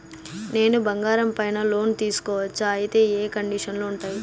నేను బంగారం పైన లోను తీసుకోవచ్చా? అయితే ఏ కండిషన్లు ఉంటాయి?